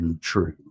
true